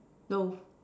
no